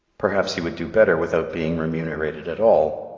perhaps he would do better without being remunerated at all.